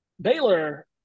Baylor